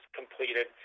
completed